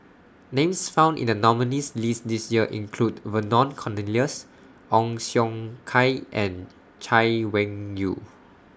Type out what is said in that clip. Names found in The nominees' list This Year include Vernon Cornelius Ong Siong Kai and Chay Weng Yew